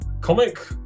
comic